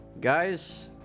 guys